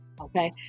okay